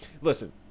listen